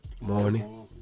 Morning